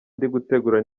ndigutegura